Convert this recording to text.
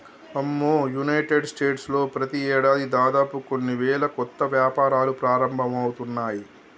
అమ్మో United States లో ప్రతి ఏడాది దాదాపు కొన్ని వేల కొత్త వ్యాపారాలు ప్రారంభమవుతున్నాయి